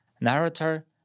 Narrator